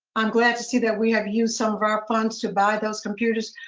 i'm glad to see that we have used some of our funds to buy those computers.